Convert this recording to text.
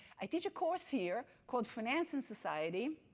i teach a course here called finance and society.